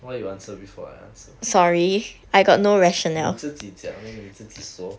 why you answer before I answer 你自己讲 then 你自己说